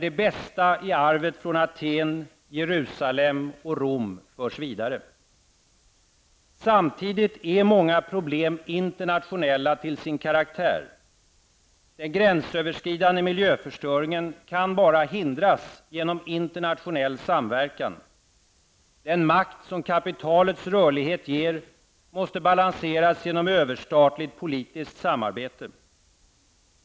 Det bästa i arvet från Athen, Jerusalem och Rom förs vidare. Samtidigt är många problem internationella till sin karaktär. Den gränsöverskridande miljöförstöringen kan bara hindras genom internationell samverkan. Den makt som kapitalets rörlighet ger måste balanseras genom överstatligt politiskt samarbete.